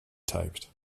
typed